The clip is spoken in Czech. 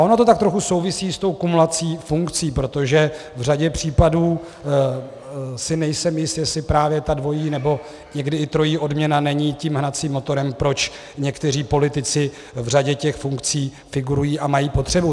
Ono to tak trochu souvisí s tou kumulací funkcí, protože v řadě případů si nejsem jist, jestli právě ta dvojí nebo někdy i trojí odměna není tím hnacím motorem, proč někteří politici v řadě těch funkcí figurují a mají potřebu.